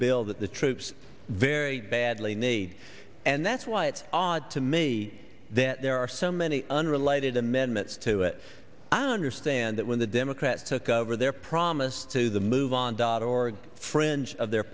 bill that the troops very badly need and that's why it's odd to me that there are so many unrelated amendments to it i understand that when the democrats took over their promise to the move on dot org fringe of their